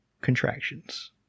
contractions